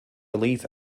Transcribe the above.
relief